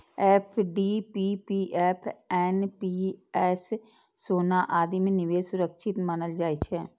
FD, PPF, NPS, सोना आदि मे निवेश सुरक्षित मानल जाइ छै